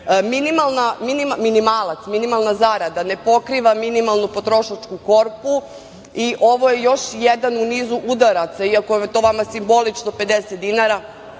Minimalac, minimalna zarada ne pokriva minimalnu potrošačku korpu i ovo je još jedan u nizu udaraca i ako vam je to vama simbolično 50 dinara